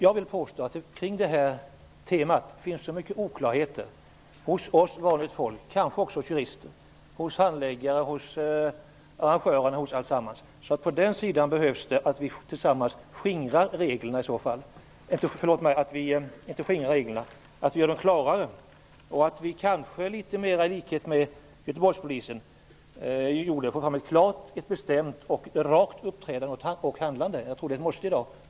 Jag vill påstå att det finns många oklarheter kring detta tema hos oss vanliga människor och kanske även hos jurister, hos handläggare och hos arrangörer m.fl. Vi måste tillsammans göra reglerna klarare. Vi borde kanske, i likhet med Göteborgspolisen, få fram ett klart, bestämt och rakt uppträdande och handlande. Jag tror att det är ett måste i dag.